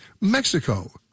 Mexico